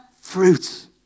fruits